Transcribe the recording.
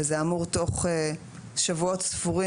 וזה אמור תוך שבועות ספורים,